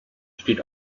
steht